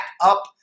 up